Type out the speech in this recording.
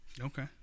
Okay